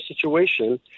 situation